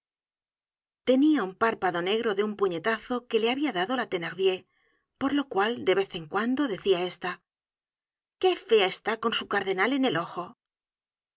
tenia un párpado negro de un puñetazo que le habia dado la thenardier por lo cual de vez en cuando decia esta qué fea está con su cardenal en el ojo